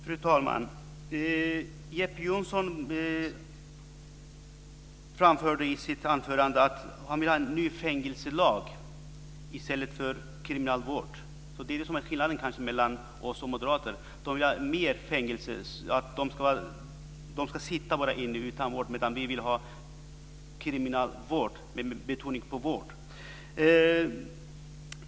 Fru talman! Jeppe Johnsson framförde i sitt anförande att han vill ha en ny fängelselag i stället för kriminalvård. Det är kanske det som är skillnaden mellan oss och Moderaterna. Moderaterna vill att människor bara ska sitta inne utan vård, medan vi vill ha kriminalvård med betoning på vård.